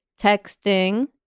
texting